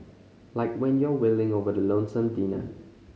like when you're wailing over the lonesome dinner